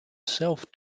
self